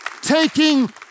taking